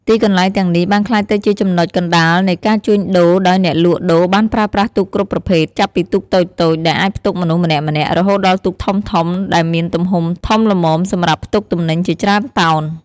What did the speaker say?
ទីកន្លែងទាំងនេះបានក្លាយទៅជាចំណុចកណ្ដាលនៃការជួញដូរ ដោយអ្នកលក់ដូរបានប្រើប្រាស់ទូកគ្រប់ប្រភេទ ចាប់ពីទូកតូចៗ ដែលអាចផ្ទុកមនុស្សម្នាក់ៗ រហូតដល់ទូកធំៗ ដែលមានទំហំធំល្មមសម្រាប់ផ្ទុកទំនិញជាច្រើនតោន។